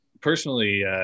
personally